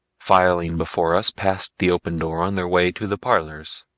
filing before us past the open door on their way to the parlors.